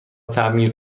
تعمیر